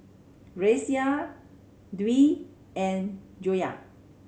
Raisya Dwi and Joyah